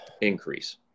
increase